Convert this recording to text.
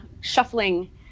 shuffling